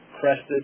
crested